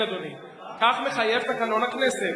כן, אדוני, כך מחייב תקנון הכנסת.